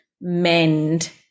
mend